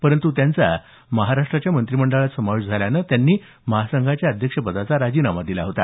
परंतु त्यांचा महाराष्ट्राच्या मंत्रिमंडळात समावेश झाल्यानं त्यांनी महासंघाच्या अध्यक्षपदाचा राजीनामा दिला होता